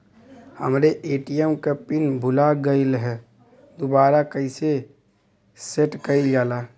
हमरे ए.टी.एम क पिन भूला गईलह दुबारा कईसे सेट कइलजाला?